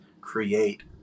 create